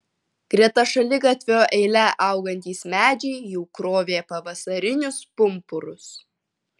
greta šaligatvio eile augantys medžiai jau krovė pavasarinius pumpurus